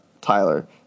Tyler